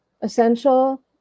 essential